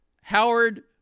Howard